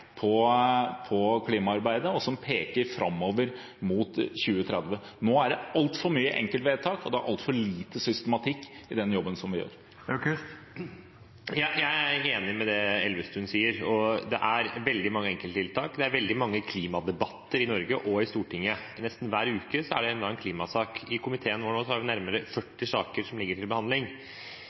på klimaarbeidet som peker framover mot 2030. Nå er det altfor mange enkeltvedtak, og det er altfor lite systematikk i den jobben vi gjør. Jeg er enig i det Elvestuen sier. Det er veldig mange enkelttiltak, og det er veldig mange klimadebatter i Norge og i Stortinget. Nesten hver uke er det en eller annen klimasak. I komiteen vår har vi nå nærmere 40 saker som ligger til behandling.